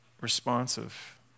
responsive